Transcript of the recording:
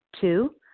Two